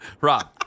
Rob